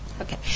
Okay